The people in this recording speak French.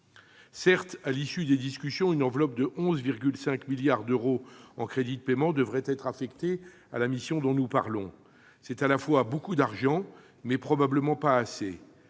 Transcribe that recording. Certes, à l'issue des discussions, une enveloppe de 11,5 milliards d'euros en crédits de paiement devrait être affectée à la mission que nous examinons. C'est à la fois beaucoup d'argent mais probablement pas assez.